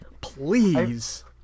please